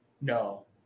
No